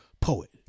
Poet